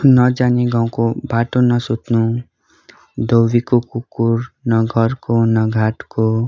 नजाने गाउँको बाटो नसोध्नु धोबीको कुकुर न घरको न घाटको